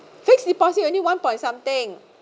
fixed deposit only one point something